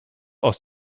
aus